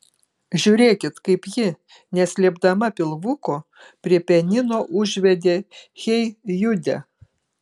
žiūrėkit kaip ji neslėpdama pilvuko prie pianino užvedė hey jude